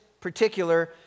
particular